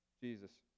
Jesus